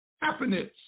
happiness